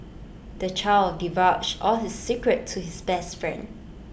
the child divulged all his secrets to his best friend